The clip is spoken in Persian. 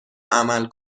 عمل